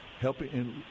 helping